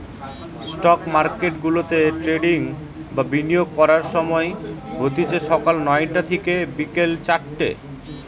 stock মার্কেটগুলাতে trading বা বিনিয়োগ করার সময় হতিছে সকাল নয়টা থিকে বিকেল চারটে